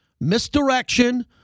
Misdirection